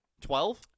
Twelve